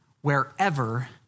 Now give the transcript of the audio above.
wherever